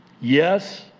Yes